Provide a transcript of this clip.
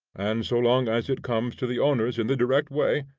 and so long as it comes to the owners in the direct way,